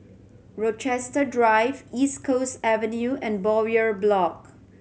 Rochester Drive East Coast Avenue and Bowyer Block